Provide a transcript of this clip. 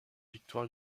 victoire